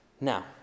Now